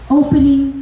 opening